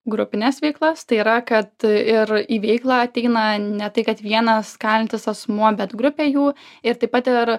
grupines veiklas tai yra kad ir į veiklą ateina ne tai kad vienas kalintis asmuo bet grupė jų ir taip pat ir